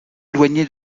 éloigné